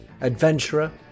adventurer